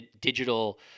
digital